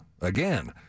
Again